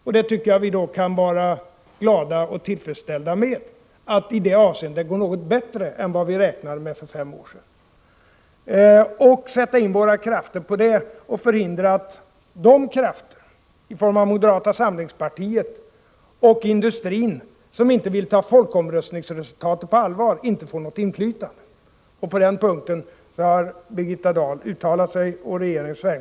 Jag tycker att vi kan vara glada och tillfredsställda med att det i det avseendet går något bättre än vi räknade med för fem år sedan och sätta in våra krafter på det och förhindra att de krafter, i form av moderata samlingspartiet och industrin, som inte vill ta folkomröstningsresultatet på allvar får något inflytande. På den punkten har Birgitta Dahl uttalat sig på regeringens vägnar.